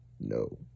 No